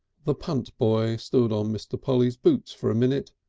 the punt boy stood on mr. polly's boots for a minute,